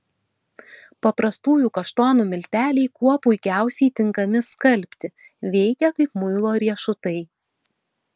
paprastųjų kaštonų milteliai kuo puikiausiai tinkami skalbti veikia kaip muilo riešutai